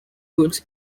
goods